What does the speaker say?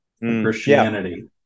Christianity